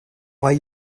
why